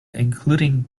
including